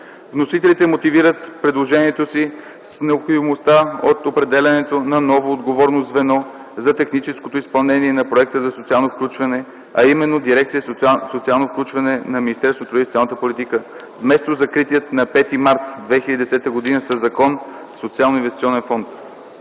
Вносителите мотивират предложението си с необходимостта от определянето на ново отговорно звено за техническото изпълнение на Проекта за социално включване, а именно Дирекция „Социално включване” на Министерството на труда и социалната политика, вместо закрития на 5 март 2010 г. със закон Социалноинвестиционен фонд.